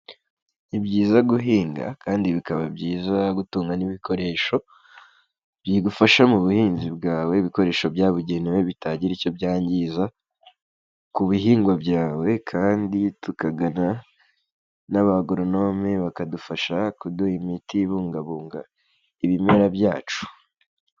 Ni byiza guhinga kandi bikaba byiza gutunga n'ibikoresho bigufasha mu buhinzi bwawe, ibikoresho byabugenewe bitagira icyo byangiza ku bihingwa byawe kandi tukagana n'abagoronome bakadufasha kuduha imiti ibungabunga ibimera byacu.